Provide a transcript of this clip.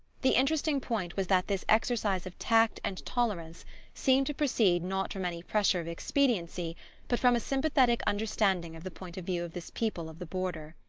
the interesting point was that this exercise of tact and tolerance seemed to proceed not from any pressure of expediency but from a sympathetic understanding of the point of view of this people of the border.